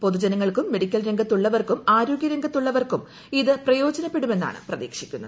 പൊതുജനങ്ങൾക്കും മെഡിക്കൽ രംഗത്തുള്ളവർക്കും ആരോഗൃരംഗത്തുള്ളവർക്കും ഇത് പ്രയോജനപ്പെടുമെന്നാണ് പ്രതീക്ഷിക്കുന്നത്